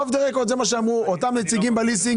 אוף דה רקורד כך אמרו אותם נציגים בליסינג,